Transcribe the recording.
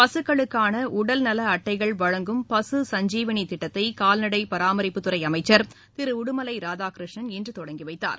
பசுக்களுக்கான உடல்நல அட்டைகள் வழங்கும் பசு சஞ்சிவினி திட்டத்தை கால்நடை பராமரிப்புத்துறை அமைச்சர் திரு உடுமலை ராதாகிருஷ்ணன் இன்று தொடங்கி வைத்தார்